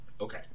okay